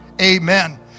Amen